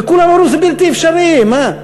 וכולם אמרו: זה בלתי אפשרי, מה.